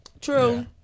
True